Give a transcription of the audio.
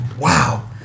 Wow